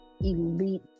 elite